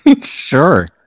Sure